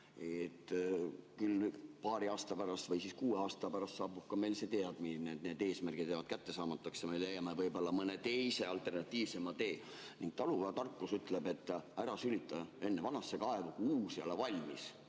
nüüd paari aasta pärast või siis kuue aasta pärast saabub ka meile see teadmine, et need eesmärgid jäävad kättesaamatuks, ja me leiame mõne alternatiivse tee. Talupojatarkus ütleb, et ära sülita enne vanasse kaevu, kui uus on valmis.